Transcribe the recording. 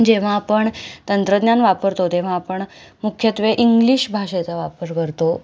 जेव्हा आपण तंत्रज्ञान वापरतो तेव्हा आपण मुख्यत्वे इंग्लिश भाषेचा वापर करतो